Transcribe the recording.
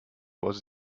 was